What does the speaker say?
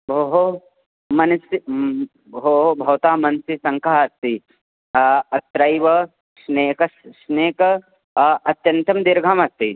भोः मनसि भोः भवतां मनसि शङ्खा अस्ति अत्रैव श्नेक स्नेक अ अत्यन्तं दीर्घमस्ति